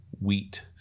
wheat